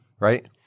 right